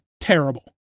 terrible